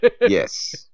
Yes